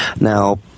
Now